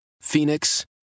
Phoenix